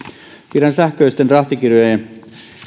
pidän sähköisten rahtikirjojen